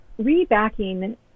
rebacking